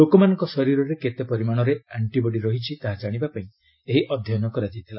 ଲୋକମାନଙ୍କ ଶରୀରରେ କେତେ ପରିମାଣରେ ଆର୍ଷିବଡି ରହିଛି ତାହା ଜାଣିବା ପାଇଁ ଏହି ଅଧ୍ୟୟନ କରାଯାଇଥିଲା